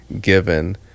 given